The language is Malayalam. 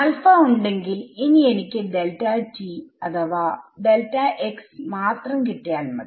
ആൽഫ ഉണ്ടെങ്കിൽ ഇനി എനിക്ക് അഥവാ മാത്രം കിട്ടിയാൽ മതി